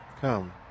come